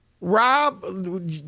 Rob